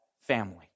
family